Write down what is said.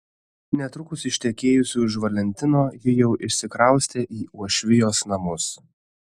netrukus ištekėjusi už valentino ji jau išsikraustė į uošvijos namus